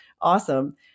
awesome